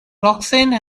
roxanne